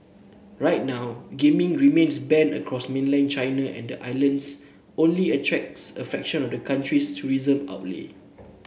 right now gaming remains banned across mainland China and the islands only attracts a fraction of the country's tourism outlay